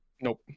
Nope